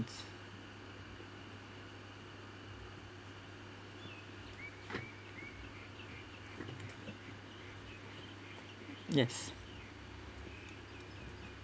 yes